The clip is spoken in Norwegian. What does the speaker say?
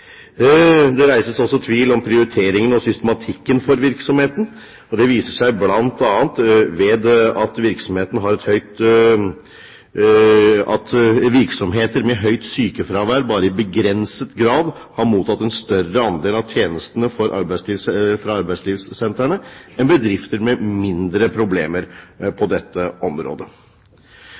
Det reises også tvil om prioriteringen og systematikken for virksomheten. Det viser seg bl.a. ved at virksomheter med høyt sykefravær bare i begrenset grad har mottatt en større andel av tjenestene fra arbeidslivssentrene enn bedrifter med mindre problemer på dette området.